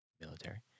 military